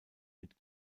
mit